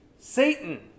Satan